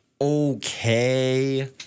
okay